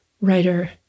writer